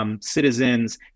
Citizens